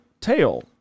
tail